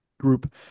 group